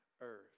earth